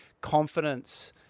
confidence